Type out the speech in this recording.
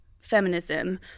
feminism